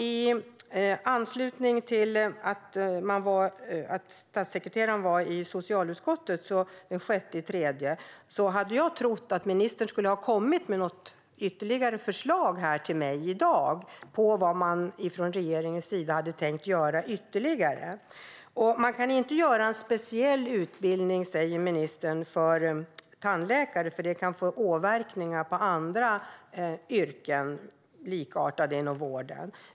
I anslutning till att statssekreteraren var i socialutskottet den 6 mars trodde jag att ministern skulle komma med förslag till mig här i dag på vad regeringen har tänkt göra ytterligare. Man kan inte göra en speciell utbildning för tandläkare, säger ministern, därför att det kan få följdverkningar för andra, likartade yrken inom vården.